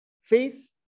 faith